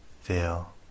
feel